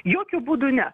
jokiu būdu ne